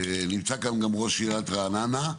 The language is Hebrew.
נמצא כאן גם ראש עיריית רעננה.